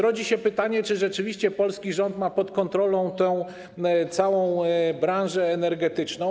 Rodzi się więc pytanie, czy rzeczywiście polski rząd ma pod kontrolą całą branżę energetyczną.